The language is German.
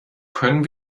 können